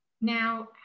Now